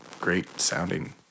great-sounding